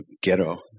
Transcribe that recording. ghetto